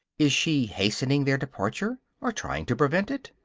is she hastening their departure, or trying to prevent it?